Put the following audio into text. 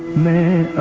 may